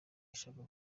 ishaka